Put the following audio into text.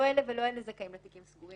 לא אלה ולא אלה זכאים לתיקים סגורים.